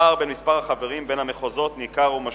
הפער בין מספרי החברים במחוזות ניכר ומשמעותי.